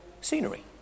scenery